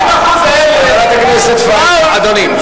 ה-20% האלה, חברת הכנסת פאינה.